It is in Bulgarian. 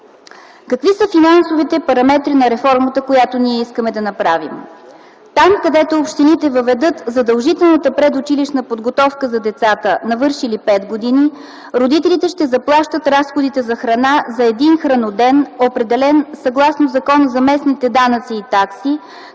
Какви са финансовите параметри на реформата, която ние искаме да направим? Там, където общините въведат задължителната предучилищна подготовка за децата, навършили 5 години, родителите ще заплащат разходите за храна за един храноден, определен съгласно Закона за местните данъци и такси,